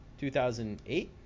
2008